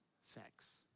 sex